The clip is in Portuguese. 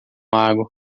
lago